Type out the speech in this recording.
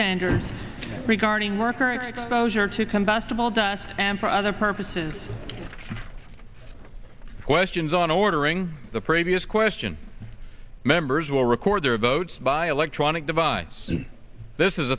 standards regarding worker exposure to come bastable dust and for other purposes questions on ordering the previous question members will record their votes by electronic device this is